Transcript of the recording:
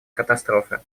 катастрофы